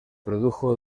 produjo